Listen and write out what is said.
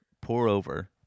pour-over